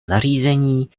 zařízení